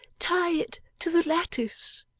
tie it to the lattice.